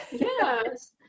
Yes